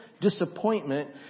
disappointment